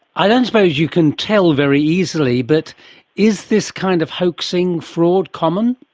i don't suppose you can tell very easily, but is this kind of hoaxing fraud common?